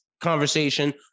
conversation